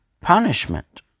punishment